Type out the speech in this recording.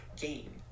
game